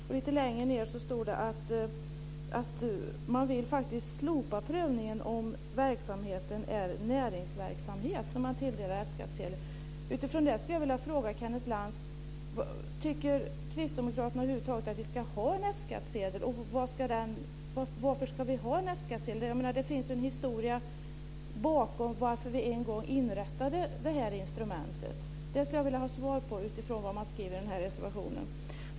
Och lite längre ned står det att man vid tilldelning av F-skattsedel faktiskt vill slopa prövningen om verksamheten är näringsverksamhet. Utifrån det skulle jag vilja fråga Kenneth Lantz: Tycker kristdemokraterna att vi över huvud taget ska ha en F skattsedel? Och varför ska vi ha en F-skattsedel? Det finns ju en historia bakom till att vi en gång inrättade detta instrument. Jag skulle vilja ha svar på utifrån vad man skriver i denna reservation.